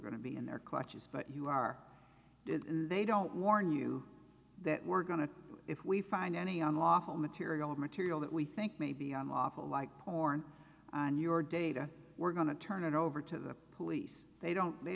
going to be in their clutches but you are they don't warn you that we're going to if we find any unlawful material or material that we think may be on lawful like porn on your data we're going to turn it over to the police they don't they